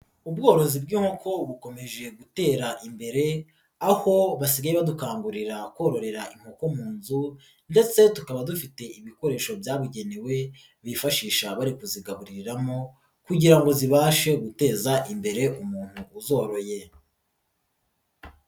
Ubworozi bw'inkoko bukomeje gutera imbere, aho basigaye badukangurira kororera inkoko mu nzu ndetse tukaba dufite ibikoresho byabugenewe bifashisha bari kuzigaburiramo kugira ngo zibashe guteza imbere umuntu uzoroye.